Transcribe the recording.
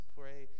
pray